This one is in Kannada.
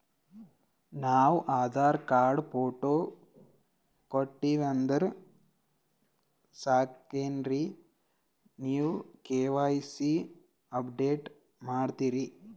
ನಾವು ಆಧಾರ ಕಾರ್ಡ, ಫೋಟೊ ಕೊಟ್ಟೀವಂದ್ರ ಸಾಕೇನ್ರಿ ನೀವ ಕೆ.ವೈ.ಸಿ ಅಪಡೇಟ ಮಾಡ್ತೀರಿ?